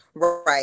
Right